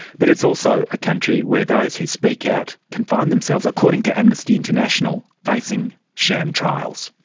but it's also a country where those who speak out can find themselves, according to amnesty international, facing sham trials.